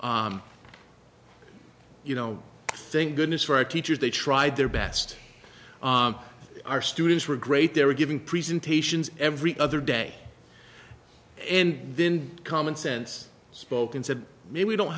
you know i think good news for our teachers they tried their best our students were great they were giving presentations every other day and then common sense spoke and said we don't